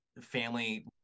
family